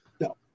No